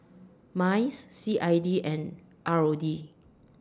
Minds C I D and R O D